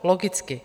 Logicky.